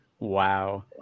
wow